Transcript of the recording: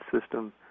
system